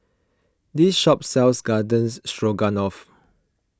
this shop sells Garden Stroganoff